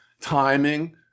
timing